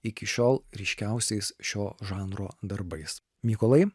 iki šiol ryškiausiais šio žanro darbais mykolai